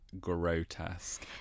grotesque